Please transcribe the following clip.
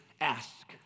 ask